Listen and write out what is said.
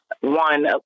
one